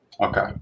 Okay